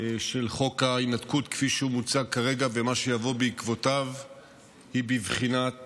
של חוק ההתנתקות כפי שהוא מוצג כרגע ומה שיבוא בעקבותיו היא בבחינת